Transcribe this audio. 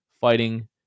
fighting